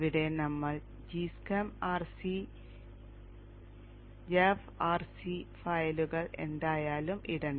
ഇവിടെ നമ്മൾ g schem rc gaf rc ഫയലുകൾ എന്തായാലും ഇടണം